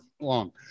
long